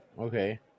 Okay